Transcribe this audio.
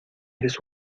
eres